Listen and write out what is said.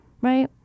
right